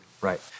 Right